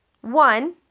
One